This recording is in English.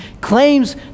claims